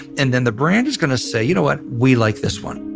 and then the brand is going to say, you know what? we like this one.